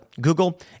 Google